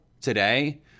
today